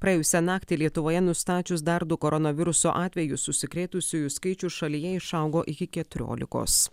praėjusią naktį lietuvoje nustačius dar du koronaviruso atvejus užsikrėtusiųjų skaičius šalyje išaugo iki keturiolikos